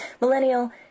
millennial